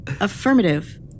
affirmative